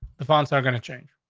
the funds are gonna change.